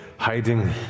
hiding